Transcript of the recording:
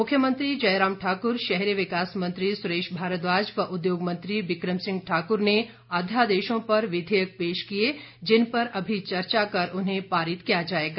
मुख्यमंत्री जयराम ठाकुर शहरी विकास मंत्री सुरेश भारद्वाज व उद्योग मत्री बिक्रम सिंह ठाकुर ने अध्यादेशों पर विधेयक पेश किए जिन पर अभी चर्चा कर उन्हें पारित किया जाएगा